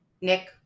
Nick